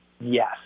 Yes